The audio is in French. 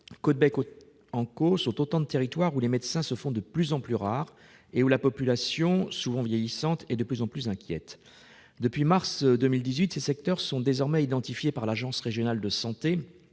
Caudebec-en-Caux sont autant de territoires où les médecins se font de plus en plus rares et où la population, souvent vieillissante, est de plus en plus inquiète. Depuis mars 2018, ces secteurs sont désormais identifiés par l'agence régionale de santé